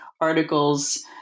articles